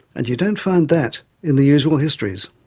and you don't find that in the usual histories!